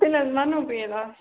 تیٚلہ حظ ونہو بہٕ ییٚلہِ آسہِ